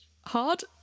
hard